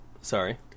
sorry